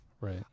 Right